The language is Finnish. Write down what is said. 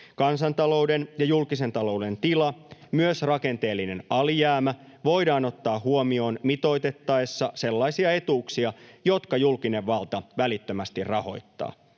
Kansantalouden ja julkisen talouden tila, myös rakenteellinen alijäämä, voidaan ottaa huomioon mitoitettaessa sellaisia etuuksia, jotka julkinen valta välittömästi rahoittaa.